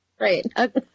Right